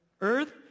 Earth